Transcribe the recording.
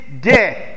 death